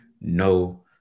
No